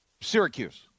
Syracuse